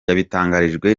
yabitangarijwe